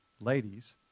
ladies